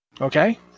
Okay